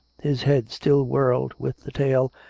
his head still whirled with the tale,